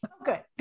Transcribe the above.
okay